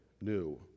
new